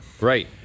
Right